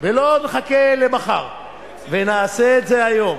ולא נחכה למחר ונעשה את זה היום.